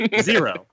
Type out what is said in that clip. Zero